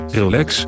relax